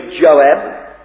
Joab